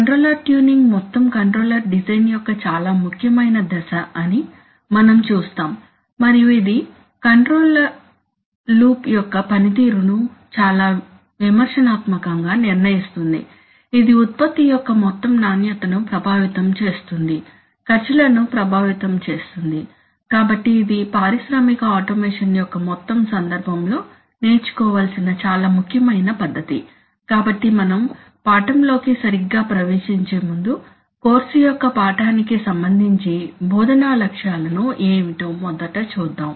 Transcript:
controller tuning మొత్తం controller design యొక్క చాలా ముఖ్యమైన దశ అని మనం చూస్తాము మరియు ఇది కంట్రోల్ లూప్ యొక్క పనితీరును చాలా విమర్శనాత్మకంగా నిర్ణయిస్తుంది ఇది ఉత్పత్తి యొక్క మొత్తం నాణ్యతను ప్రభావితం చేస్తుంది ఖర్చులను ప్రభావితం చేస్తుంది కాబట్టి ఇది పారిశ్రామిక ఆటోమేషన్ యొక్క మొత్తం సందర్భంలో నేర్చుకోవలసిన చాలా ముఖ్యమైన పద్ధతి కాబట్టి మనం పాఠంలో కి సరిగ్గా ప్రవేశించే ముందు కోర్సు యొక్క పాఠానికి సంభందించి బోధనా లక్ష్యాలు ఏమిటో మొదట చూద్దాం